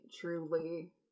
truly